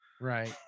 Right